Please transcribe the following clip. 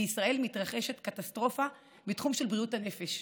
בישראל מתרחשת קטסטרופה בתחום של בריאות הנפש,